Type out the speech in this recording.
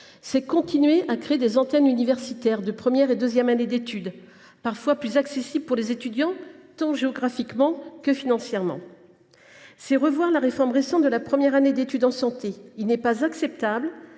C’est continuer à créer des antennes universitaires de première et deuxième années d’études, parfois plus accessibles pour les étudiants, tant géographiquement que financièrement. C’est revoir la réforme récente de la première année d’études de santé : il n’est pas acceptable